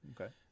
Okay